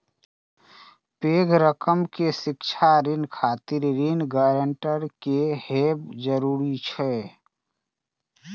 पैघ रकम के शिक्षा ऋण खातिर ऋण गारंटर के हैब जरूरी छै